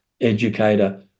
educator